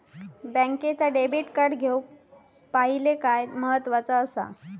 बँकेचा debit card घेउक पाहिले काय महत्वाचा असा?